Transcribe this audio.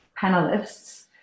panelists